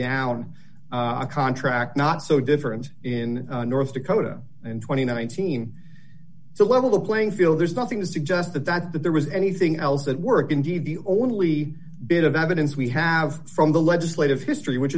down a contract not so different in north dakota and two thousand and nineteen so level the playing field there's nothing to suggest that that that there was anything else at work indeed the only bit of evidence we have from the legislative history which